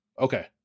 Okay